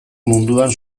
munduan